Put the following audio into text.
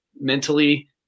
mentally